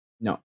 No